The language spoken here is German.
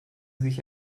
sich